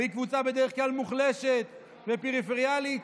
והיא בדרך כלל קבוצה מוחלשת ופריפריאלית.